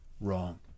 wrong